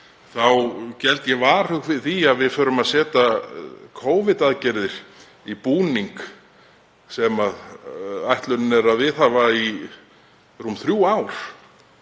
geld ég varhug við því að við förum að setja Covid-aðgerðir í búning sem ætlunin er að viðhafa í rúm þrjú ár.